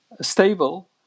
stable